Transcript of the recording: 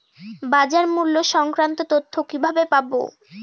বাজার মূল্য সংক্রান্ত তথ্য কিভাবে পাবো?